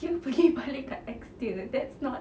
dia pergi balik dekat ex dia that's not